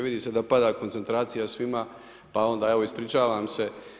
Vidi se da pada koncentracija svima pa onda evo ispričavam se.